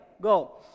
Go